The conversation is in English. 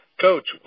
Coach